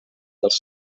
dels